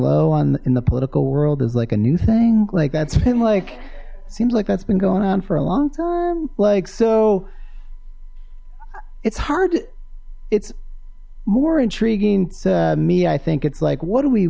low on in the political world is like a new thing like that's been like seems like that's been going on for a long time like so it's hard it's more intriguing to me i think it's like what do we